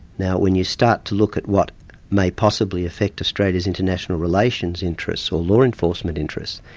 now when you start to look at what may possibly affect australia's international relations interests, or law enforcement interests,